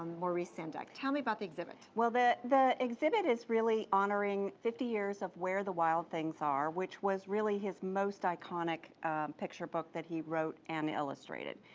maurice sendak. tell me about the exhibit. the the exhibit is really honoring fifty years of where the wild things are, which was really his most iconic picture book that he wrote and illustrated.